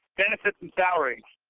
benefits and salary.